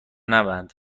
نبند